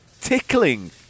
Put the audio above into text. tickling